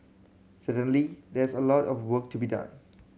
certainly there's a lot of work to be done